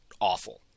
awful